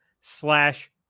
slash